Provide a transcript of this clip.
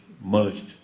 merged